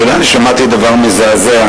אתה יודע, אני שמעתי דבר מזעזע.